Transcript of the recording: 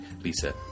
Lisa